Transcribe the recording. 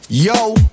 Yo